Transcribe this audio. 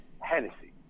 Hennessy